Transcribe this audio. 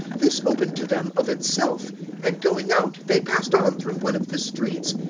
this opened to them of itself and, going out, they passed on through one of the streets,